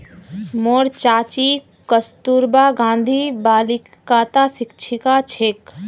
मोर चाची कस्तूरबा गांधी बालिकात शिक्षिका छेक